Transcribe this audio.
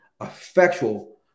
effectual